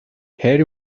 harry